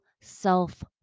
self